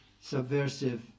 subversive